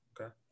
Okay